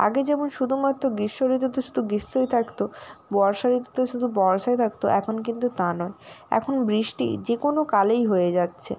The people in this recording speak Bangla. আগে যেমন শুধুমাত্র গ্রীষ্ম ঋতুতে শুধু গ্রীষ্মই থাকতো বর্ষা ঋতুতে শুধু বর্ষাই থাকতো এখন কিন্তু তা নয় এখন বৃষ্টি যে কোনো কালেই হয়ে যাচ্ছে